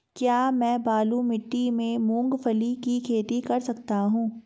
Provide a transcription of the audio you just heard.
क्या मैं बालू मिट्टी में मूंगफली की खेती कर सकता हूँ?